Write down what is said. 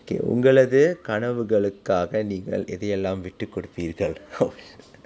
okay உங்களது கனவுகளுக்காக நீங்க எதை எல்லாம் விட்டு கொடுப்பீர்கள்:ungalathu kanavukalukkaaka ninga ethai ellaam vittu koduppirgal